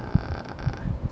uh